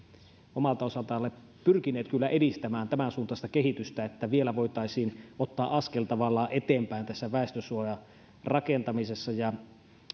omalta osaltanne pyrkinyt kyllä edistämään tämänsuuntaista kehitystä että vielä voitaisiin ottaa askel tavallaan eteenpäin tässä väestönsuojarakentamisessa ja